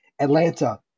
Atlanta